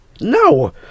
No